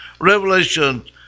Revelation